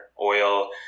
oil